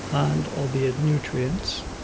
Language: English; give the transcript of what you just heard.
and albeit nutrients,